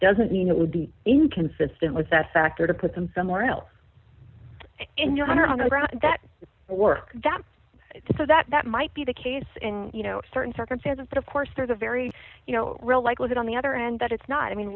doesn't mean it would be inconsistent with that factor to put them somewhere else and you wonder on the grounds that it's work that it so that that might be the case in you know certain circumstances but of course there's a very you know real likelihood on the other end that it's not i mean